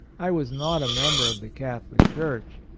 i was not a member of the catholic church.